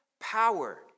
power